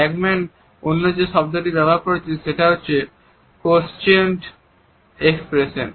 Ekman অন্য যে শব্দটি ব্যবহার করেছেন সেটি হল স্কোয়েলচড এক্সপ্রেশন